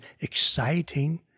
exciting